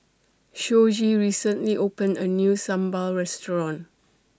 Shoji recently opened A New Sambal Restaurant